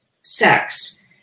sex